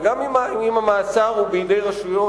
וגם אם המאסר הוא בידי רשויות,